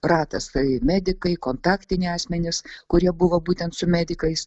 ratas tai medikai kontaktiniai asmenys kurie buvo būtent su medikais